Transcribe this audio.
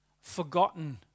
forgotten